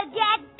get